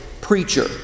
preacher